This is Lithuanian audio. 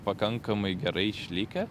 pakankamai gerai išlikę